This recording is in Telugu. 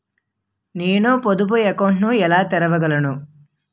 నేను పొదుపు అకౌంట్ను ఎలా తెరవగలను?